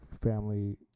family